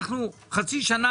חצי שנה